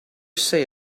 say